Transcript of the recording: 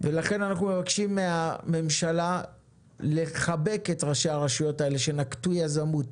ולכן אנחנו מבקשים מהממשלה לחבק את ראשי הרשויות האלה שנקטו יזמות,